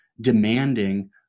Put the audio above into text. demanding